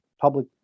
public